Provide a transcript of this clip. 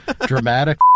dramatic